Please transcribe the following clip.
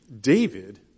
David